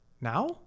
now